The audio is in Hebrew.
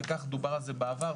וכך דובר על זה בעבר.